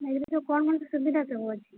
ୟା ଭିତରେ କ'ଣ କେମିତି ସୁବିଧା ସବୁ ଅଛି